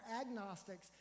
agnostics